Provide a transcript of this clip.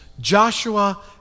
Joshua